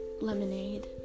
lemonade